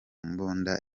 mbunda